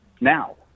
now